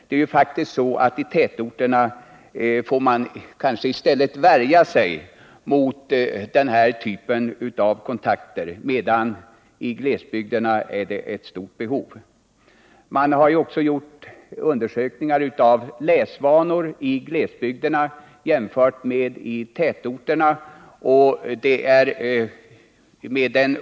Det är faktiskt så att man i tätorterna kanske får värja sig mot den här typen av kontakter, medan det i glesbygden finns ett stort behov. Det har också gjorts undersökningar av läsvanorna i glesbygderna jämfört med tätorterna.